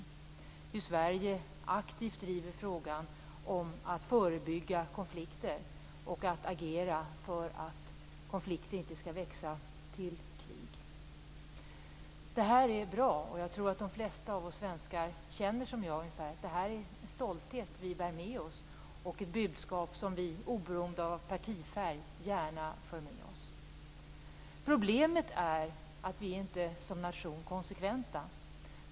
Det handlar om hur Sverige aktivt driver frågan om att förebygga konflikter och att agera för att konflikter inte skall växa till krig. Det här är bra, och jag tror att de flesta av oss svenskar känner ungefär som jag. Det här är en stolthet vi bär med oss och ett budskap som vi, oberoende av partifärg, gärna för med oss. Problemet är att vi som nation inte är konsekventa.